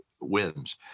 wins